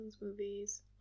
movies